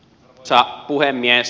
arvoisa puhemies